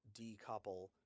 decouple